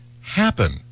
happen